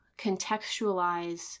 contextualize